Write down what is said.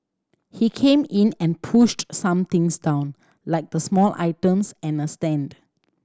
he came in and pushed some things down like the small items and a stand